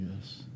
Yes